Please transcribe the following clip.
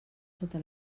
sota